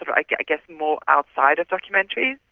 like i guess more outside of documentaries.